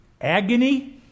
agony